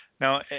Now